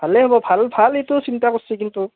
ভালেই হ'ব ভাল ভাল এইটো চিন্তা কৰছ কিন্তু